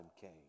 came